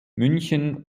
münchen